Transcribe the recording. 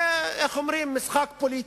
זה משחק פוליטי.